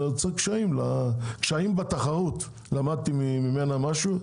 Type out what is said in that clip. זה יוצר קשיים בתחרות למדתי ממנה משהו,